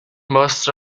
most